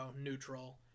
neutral